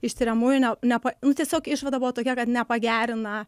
iš tiriamųjų ne nepa nu tiesiog išvada buvo tokia kad nepagerina